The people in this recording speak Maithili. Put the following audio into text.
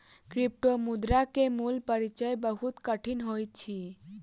क्रिप्टोमुद्रा के मूल परिचय बहुत कठिन होइत अछि